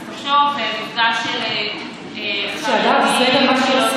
אז תחשוב על מפגש של חרדים חילונים,